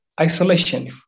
isolation